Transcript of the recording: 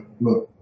look